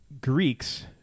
Greeks